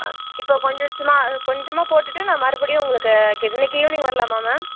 இப்போது கொஞ்சம் சும்மா கொஞ்சமாக போட்டுட்டு நான் மறுபடியும் உங்களுக்கு இன்னிக்கு ஈவினிங் வரலாமா மேம்